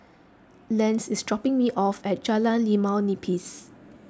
Lance is dropping me off at Jalan Limau Nipis